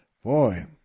Boy